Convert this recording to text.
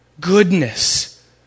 goodness